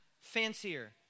fancier